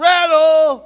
Rattle